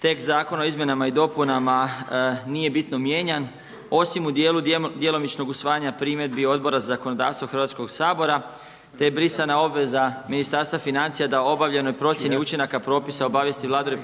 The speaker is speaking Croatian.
tekst zakona o izmjenama i dopunama nije bitno mijenjan osim u djelu djelomičnog usvajanja primjedbi Odbora za zakonodavstvo Hrvatskog sabora te je brisana obveza Ministarstva financija da o obavljenoj procjeni učinaka propisa obavijesti Vladu RH